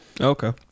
okay